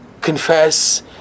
confess